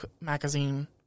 magazine